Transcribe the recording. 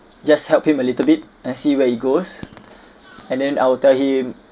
just help him a little bit and see where it goes and then I will tell him